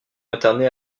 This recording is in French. internés